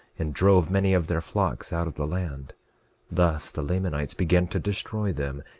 and drove many of their flocks out of the land thus the lamanites began to destroy them,